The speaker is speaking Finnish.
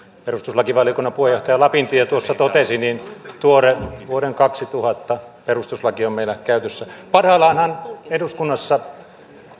perustuslakivaliokunnan puheenjohtaja lapintie tuossa totesi tuore vuoden kaksituhatta perustuslaki on meillä käytössämme parhaillaanhan eduskunnassa